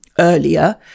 earlier